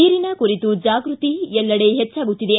ನೀರಿನ ಕುರಿತು ಜಾಗೃತಿ ಎಲ್ಲೆಡೆ ಹೆಚ್ಚಾಗುತ್ತಿದೆ